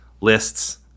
lists